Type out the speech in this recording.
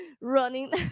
running